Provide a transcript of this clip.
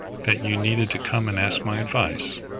that you needed to come and ask my advice?